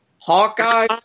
Hawkeye